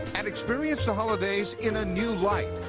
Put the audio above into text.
and experience the holidays in a new light.